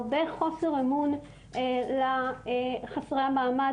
הרבה חוסר אונים לחסרי המעמד,